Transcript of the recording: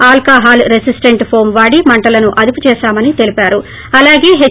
alcohol resistant foam వాడి మంటలను అదుపు చేశామని తెలిపారు అలాగే హెచ్